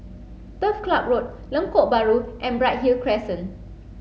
Turf Club Road Lengkok Bahru and Bright Hill Crescent